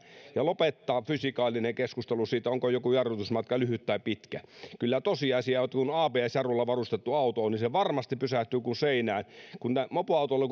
ja lopettaa fysikaalinen keskustelu siitä onko joku jarrutusmatka lyhyt tai pitkä kyllä tosiasia on että kun abs jarruilla varustettu auto on niin se varmasti pysähtyy kuin seinään kun taas mopoautolla